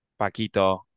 Paquito